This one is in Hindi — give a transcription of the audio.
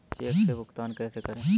चेक से भुगतान कैसे करें?